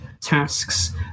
tasks